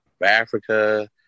Africa